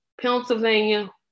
Pennsylvania